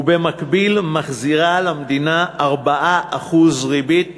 ובמקביל מחזירה למדינה 4% ריבית